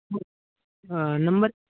हो नंबर